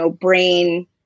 brain